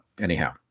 anyhow